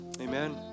Amen